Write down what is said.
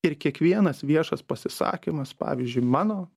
ir kiekvienas viešas pasisakymas pavyzdžiui mano